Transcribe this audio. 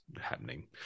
happening